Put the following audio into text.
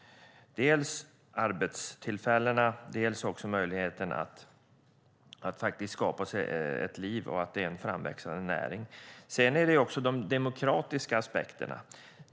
Det handlar dels om arbetstillfällena, dels om möjligheterna att skapa sig ett liv och att det är en framväxande näring. Sedan finns också de demokratiska aspekterna.